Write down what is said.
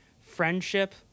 friendship